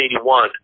1981